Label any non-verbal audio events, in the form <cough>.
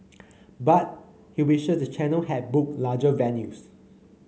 <noise> but he wishes the channel had booked larger venues